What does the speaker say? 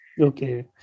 Okay